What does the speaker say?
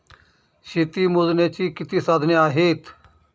शेती मोजण्याची किती साधने आहेत?